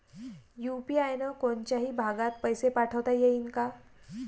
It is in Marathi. यू.पी.आय न कोनच्याही भागात पैसे पाठवता येईन का?